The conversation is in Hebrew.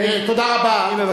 תודה רבה.